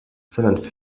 sondern